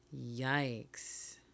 Yikes